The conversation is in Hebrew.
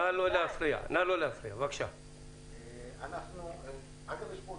אנחנו במסע של כמעט